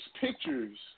pictures